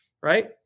right